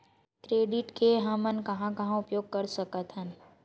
Credit के हमन कहां कहा उपयोग कर सकत हन?